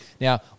Now